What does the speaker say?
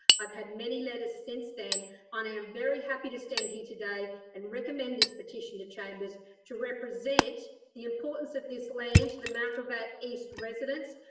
i've had many letters since then and i am very happy to stand here today and recommend this petition to chambers to represent the importance of this land to the mount gravatt east residents,